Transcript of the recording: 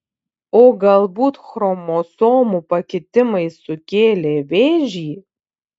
o galbūt chromosomų pakitimai sukėlė vėžį